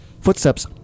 Footsteps